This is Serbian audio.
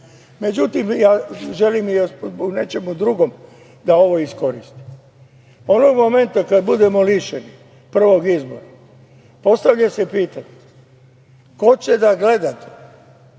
poslanik.Međutim, želim o nečemu drugom da ovo iskoristim. Onog momenta kada budemo lišeni prvog izbora, postavlja se pitanje – koga ćete da gledate